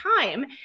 time